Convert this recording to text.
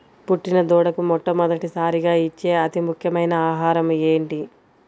పుట్టిన దూడకు మొట్టమొదటిసారిగా ఇచ్చే అతి ముఖ్యమైన ఆహారము ఏంటి?